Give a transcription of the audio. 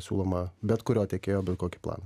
siūlomą bet kurio tiekėjo bet kokį planą